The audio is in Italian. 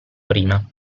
prima